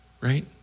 right